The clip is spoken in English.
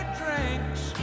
drinks